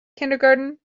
kindergarten